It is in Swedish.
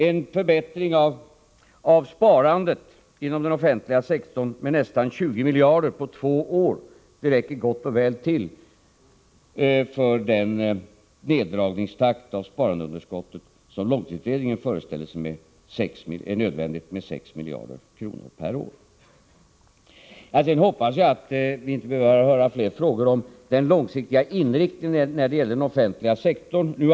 En förbättring av sparandet inom den offentliga sektorn med nästan 20 miljarder på två år räcker gott och väl till för den neddragningstakt i sparandeunderskottet som långtidsutredningen föreställer sig är nödvändig, nämligen en minskning med 6 miljarder kronor per år. Jag hoppas att jag inte behöver höra fler frågor om den långsiktiga inriktningen när det gäller den offentliga sektorn.